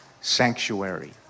sanctuary